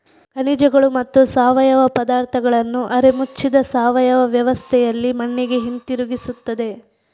ಖನಿಜಗಳು ಮತ್ತು ಸಾವಯವ ಪದಾರ್ಥಗಳನ್ನು ಅರೆ ಮುಚ್ಚಿದ ಸಾವಯವ ವ್ಯವಸ್ಥೆಯಲ್ಲಿ ಮಣ್ಣಿಗೆ ಹಿಂತಿರುಗಿಸುತ್ತದೆ